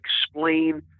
explain